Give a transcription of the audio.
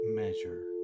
measure